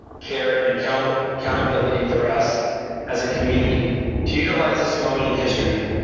care, and accountability accountability for us as a community to utilize this moment in history,